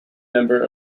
number